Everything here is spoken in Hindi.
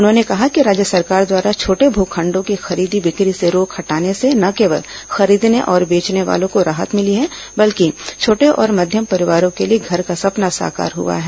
उन्होंने कहा कि राज्य सरकार द्वारा छोटे भू खंडों की खरीदी बिक्री से रोक हटाने से न केवल खरीदर्न और बेचने वालों को राहत मिली है बल्कि छोटे और मध्यम परिवारों के लिए घर का सपना साकार हुआ है